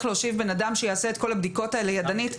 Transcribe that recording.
להושיב בן אדם שיעשה את כל הבדיקות האלה ידנית,